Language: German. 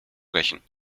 brechen